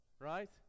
right